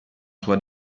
sua